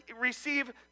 receive